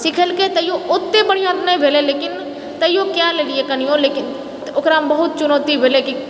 सीखेलकै तैयो ओते बढ़िआँ नहि भेलै लेकिन तैयो कए लेलियै कनियो लेकिन ओकरामे बहुत चुनौती भेलै कि